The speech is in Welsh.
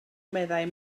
meddai